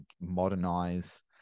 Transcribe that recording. modernize